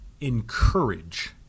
encourage